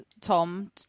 Tom